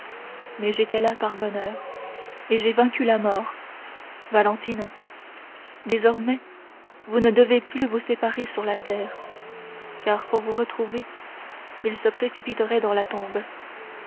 mais j'étais là par bonheur et j'ai vaincu la mort valentine désormais vous ne devez plus vous séparer sur la terre car pour vous retrouver il se précipitait dans la tombe